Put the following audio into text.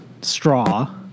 straw